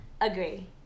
agree